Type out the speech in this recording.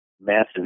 massive